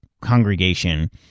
congregation